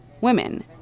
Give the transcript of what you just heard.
women